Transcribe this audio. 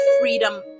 freedom